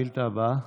השאילתה הבאה.